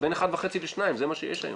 בין אחד וחצי לשניים, זה מה שיש היום.